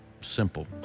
simple